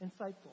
insightful